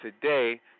today